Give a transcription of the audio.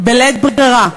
בלית ברירה.